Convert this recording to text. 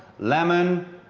lemon,